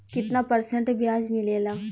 कितना परसेंट ब्याज मिलेला?